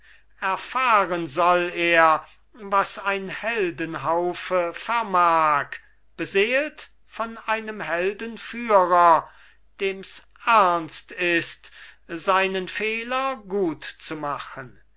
erfahren soll er was ein heldenhaufe vermag beseelt von einem heldenführer dems ernst ist seinen fehler gutzumachen das